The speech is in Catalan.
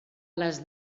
les